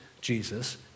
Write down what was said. Jesus